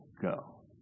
go